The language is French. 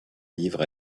livre